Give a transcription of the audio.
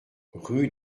rue